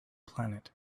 planet